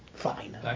fine